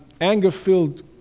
anger-filled